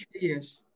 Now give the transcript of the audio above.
yes